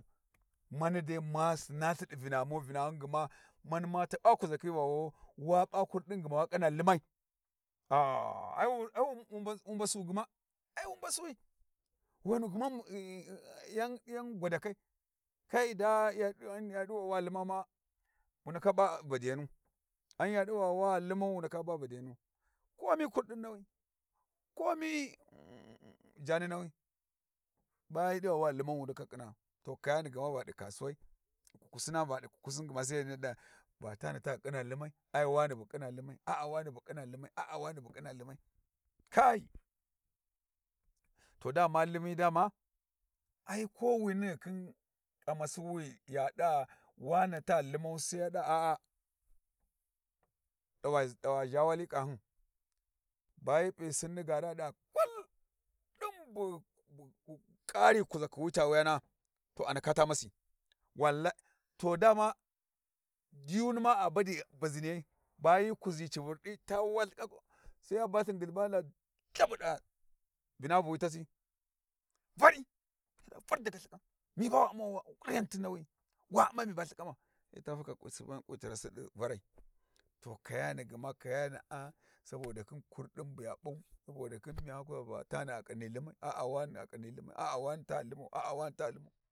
Mani dai ma sina lthi ɗi Vina ghumu vinaghu gma mani ma taɓa kuʒa khi va wu wa p'a kurɗin gma wa khina Limai ai wu mbasu gma ai wu mbasiwi wu ghanu gma yan gwadakai, kai da ya ɗu va wa Lima ma wu ndaka p'a badiyanu ghan ya ɗi va wa Lima wu ndaka p'a badiyanu komi kurɗi nawi komi Jaani nawi ba hyi ɗi va wa Limau wu ndaka khinaa. To ƙayani gma va ɗi kasuwai ɗi kukusina ɗi kukusin gma sai ya niyya ɗa va tani ta ƙhina Limai ai wane bu ƙhina Limai, kai to dama Limi dana, ia kowini khin ƙamasi wi ya ɗa va, wane ta Limau sai ya ɗa a'a ɗawa ʒha wali ƙahyun ba hyi p'i Sinni gaari a ɗi Va kull ɗin bu ghi kari kuʒa khi cini ca walai to a ndaka ta masi to walla to diyunima a badi baʒiniyyai a hyi kuʒi ci Vurɗi ta wuwa lthiƙan ku Sai ya ba lthin ghulhuban ya ɗa Lhabuɗa Vinavuwi tasi, vari var daga Lthaƙan mi ba wa u'ma, ƙulyantin nawi, wa u'ma Lthiƙama sai ta vara kwi suban kwi tirasi ɗi varai, to kayani gma kayana'a saboda khin miya va tani a ƙhini limai wane a ƙhini Liman sai wa kuʒa va a'a wane ta limau a'a wane ta Liman.